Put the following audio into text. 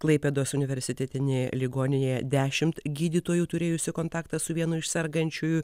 klaipėdos universitetinėje ligoninėje dešimt gydytojų turėjusių kontaktą su vienu iš sergančiųjų